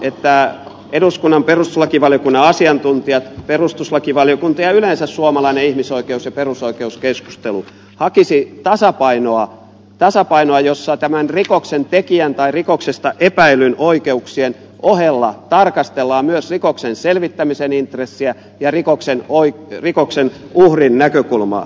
että eduskunnan perustuslakivaliokunnan asiantuntijat perustuslakivaliokunta ja yleensä suomalainen ihmisoikeus ja perusoikeuskeskustelu hakisi tasapainoa jossa tämän rikoksentekijän tai rikoksesta epäillyn oikeuksien ohella tarkastellaan myös rikoksen selvittämisen intressiä ja rikoksen uhrin näkökulmaa